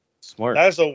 Smart